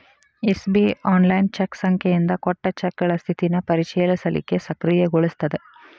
SBI online cheque ಸಂಖ್ಯೆಯಿಂದ ಕೊಟ್ಟ ಚೆಕ್ಗಳ ಸ್ಥಿತಿನ ಪರಿಶೇಲಿಸಲಿಕ್ಕೆ ಸಕ್ರಿಯಗೊಳಿಸ್ತದ